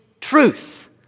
truth